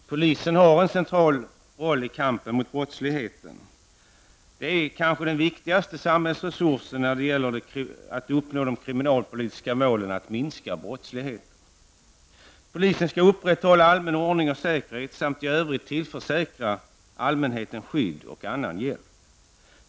Herr talman! Polisen har en central roll i kampen mot brottsligheten. Det är kanske den viktigaste samhällsresursen när det gäller att uppnå det kriminalpolitiska målet att minska brottsligheten. Polisen skall upprätthålla allmän ordning och säkerhet samt i övrigt tillförsäkra allmänheten skydd och annan hjälp.